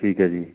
ਠੀਕ ਹੈ ਜੀ